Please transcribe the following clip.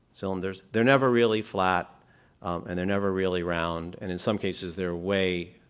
cylinders, they're never really flat and they're never really round, and in some cases they're way,